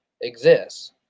exists